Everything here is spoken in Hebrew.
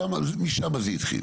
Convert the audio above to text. שם, משם זה התחיל.